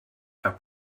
are